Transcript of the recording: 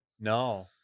No